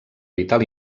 vital